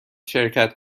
شرکت